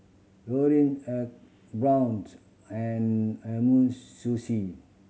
Laurier ecoBrown's and Umisushi